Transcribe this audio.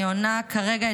אני עונה כרגע,